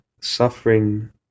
suffering